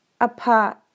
apart